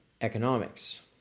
economics